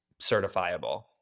certifiable